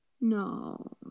No